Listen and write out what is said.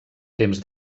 temps